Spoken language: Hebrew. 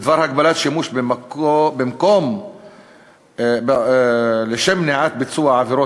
בדבר הגבלת שימוש במקום לשם מניעת ביצוע עבירות,